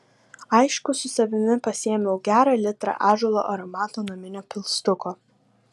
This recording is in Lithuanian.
aišku su savimi pasiėmiau gerą litrą ąžuolo aromato naminio pilstuko